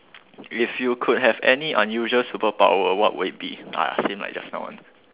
if you could have any unusual superpower what would it be ah same like just now ah